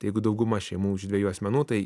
tai jeigu dauguma šeimų iš dviejų asmenų tai